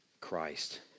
Christ